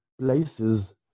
places